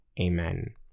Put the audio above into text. Amen